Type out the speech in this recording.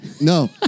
no